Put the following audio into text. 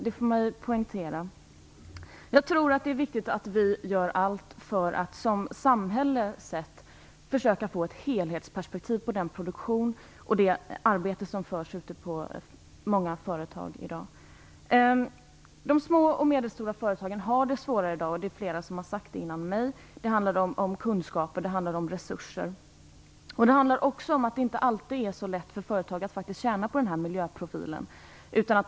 Det bör man poängtera. Det är viktigt att vi gör allt för att som samhälle försöka få ett helhetsperspektiv på produktionen och det arbete som görs på företagen i dag. De små och medelstora företagen har det svårare i dag, det har flera sagt före mig. Det handlar om kunskaper och resurser. Det handlar också om att det inte alltid är så lätt för företag att tjäna på miljöprofilen.